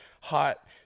hot